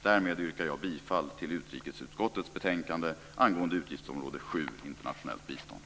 Därmed yrkar jag bifall till hemställan i utrikesutskottets betänkande angående utgiftsområde 7, Internationellt bistånd.